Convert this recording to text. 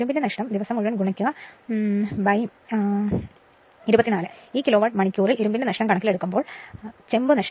ഇരുമ്പിന്റെ നഷ്ടം എന്തുതന്നെയായാലും 24 കൊണ്ട് ഗുണിക്കുക ഈ കിലോവാട്ട് മണിക്കൂറിൽ കണക്കിലെടുക്കുമ്പോൾ ഇരുമ്പിന്റെ നഷ്ടം നമുക്ക് ലഭിക്കും